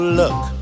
look